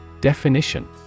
Definition